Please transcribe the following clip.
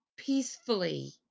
peacefully